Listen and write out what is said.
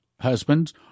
husbands